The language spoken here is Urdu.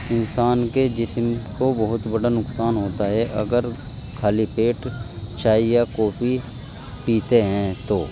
انسان کے جسم کو بہت بڑا نقصان ہوتا ہے اگر خالی پیٹ چائے یا کوفی پیتے ہیں تو